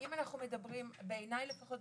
בעייני לפחות,